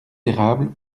érables